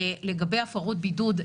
לגבי הפרות בידוד.